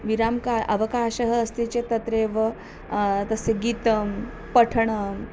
विरामकाले अवकाशः अस्ति चेत् तत्रेव तस्य गीतं पठनं